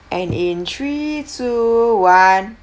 and in three two one